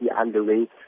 underway